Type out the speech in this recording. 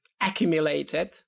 accumulated